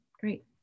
great